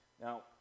Now